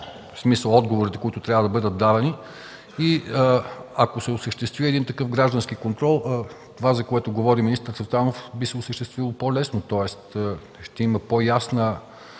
смисъл на отговорите, които трябва да бъдат давани. Ако се осъществи такъв граждански контрол, това, за което говори министър Цветанов, би се осъществило по-лесно, тоест ще има по-ясна